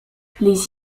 les